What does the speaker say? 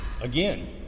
again